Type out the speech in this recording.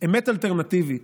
לאמת אלטרנטיבית,